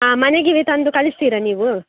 ಹಾಂ ಮನೆಗೇ ತಂದು ಕಳಿಸ್ತೀರಾ ನೀವು